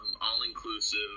all-inclusive